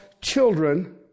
children